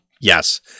Yes